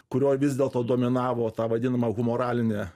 kurioj vis dėlto dominavo ta vadinama humoralinė